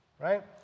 right